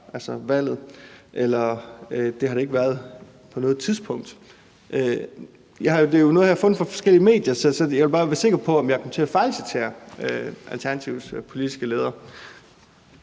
og at det har det ikke været på noget tidspunkt? Det er jo noget, jeg har fundet i forskellige medier, så jeg vil bare være sikker på, at jeg ikke kom til at fejlcitere Alternativets politiske leder.